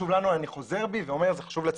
אני חוזר בי ואומר זה חשוב לציבור.